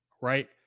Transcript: right